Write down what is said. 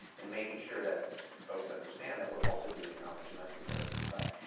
and making sure that folks understand that we're also doing it on the domestic terrorism side.